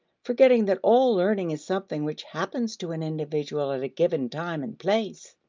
forgetting that all learning is something which happens to an individual at a given time and place.